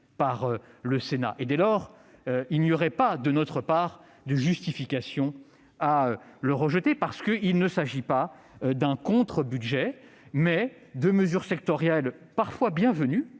par le Sénat. Dès lors, il n'y a pas, de notre part, de justification à le rejeter parce qu'il ne s'agit pas d'un contre-budget, mais de mesures sectorielles parfois bienvenues.